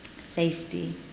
safety